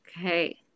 Okay